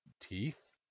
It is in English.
teeth